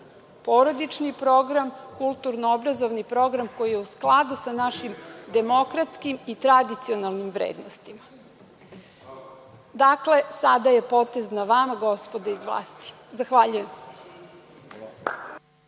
porodični program, kulturno-obrazovni program koji je u skladu sa našim demokratskim i tradicionalnim vrednostima. Dakle, sada je potez na vama, gospodo iz vlasti. Zahvaljujem.